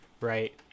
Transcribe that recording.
right